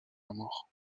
amour